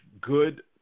good